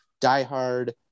diehard